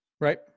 Right